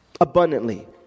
abundantly